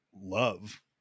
love